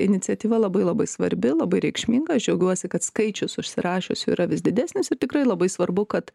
iniciatyva labai labai svarbi labai reikšminga aš džiaugiuosi kad skaičius užsirašiusių yra vis didesnis ir tikrai labai svarbu kad